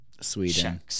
Sweden